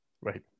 Right